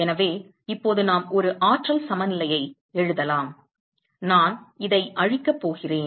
எனவே இப்போது நாம் ஒரு ஆற்றல் சமநிலையை எழுதலாம் நான் இதை அழிக்கப் போகிறேன்